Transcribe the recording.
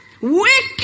wicked